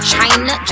China